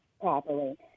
properly